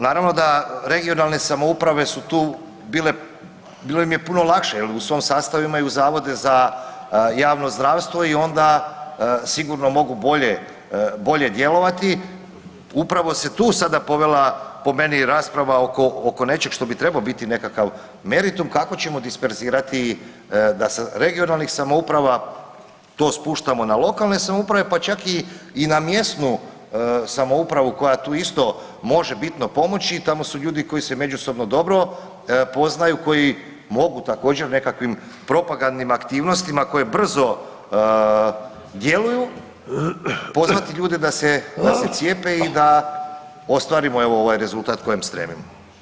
Naravno da regionalne samouprave su tu bile, bilo im je puno lakše jer u svojim sastavima imaju zavode za javno zdravstvo i onda sigurno mogu bolje djelovati, upravo se tu sada povela po meni rasprava oko nečega što bi trebao biti nekakav meritum kako ćemo disperzirati da sa regionalnih samouprava to spuštamo na lokalne samouprave pa čak i na mjesnu samoupravu koja tu isto može bitno pomoći, tamo su ljudi koji se međusobno dobro poznaju, koji mogu također nekakvim propagandnim aktivnostima koje brzo djeluju, pozvati ljude da se cijepe i da ostvarimo evo ovaj rezultat kojem stremimo.